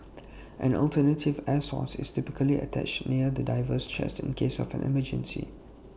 an alternative air source is typically attached near the diver's chest in case of an emergency